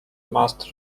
must